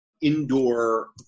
indoor